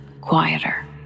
quieter